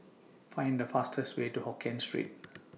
Find The fastest Way to Hokien Street